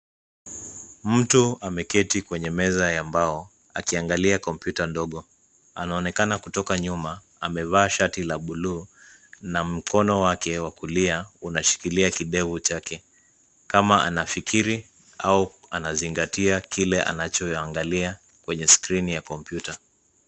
Mtu ameketi kwenye meza ya mbao akiangalia kompyuta ndogo. Anaonekana kutoka nyuma amevaa shati la buluu na mkono wake wa kulia unashikilia kidevu chake kama anafikiri au anazingatia kille anachoangalia kwenye skrini ya kompyuta.